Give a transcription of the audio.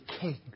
king